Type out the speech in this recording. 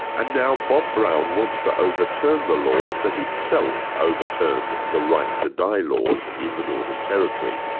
and now bob brown wants to overturn the law that itself overturned the right to die laws in the northern territory.